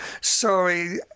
Sorry